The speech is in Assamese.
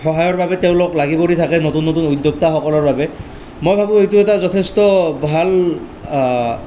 সহায়ৰ বাবে তেওঁলোক লাগি কৰি থাকে নতুন নতুন উদ্যোক্তাসকলৰ বাবে মই ভাবোঁ এইটো এটা যথেষ্ট ভাল